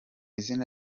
izina